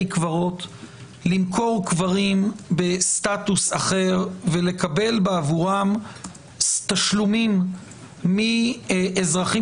קברים למכור קברים בסטטוס אחר ולקבל עבורם תשלומים מאזרחים